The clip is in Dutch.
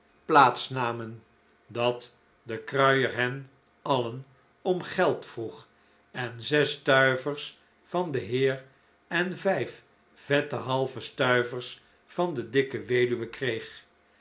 plaats namen dat de kruier hen alien om geld vroeg en zes stuivers van den heer en vijf vette halve stuivers van de dikke weduwe kreeg